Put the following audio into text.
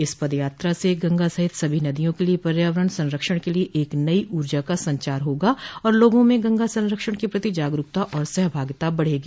इस पद यात्रा से गंगा सहित सभी नदियों के लिये पर्यावरण संरक्षण के लिये एक नई ऊर्जा का संचार होगा और लोगों में गंगा संरक्षण के प्रति जागरूकता व सहभागिता बढ़ेगी